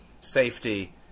safety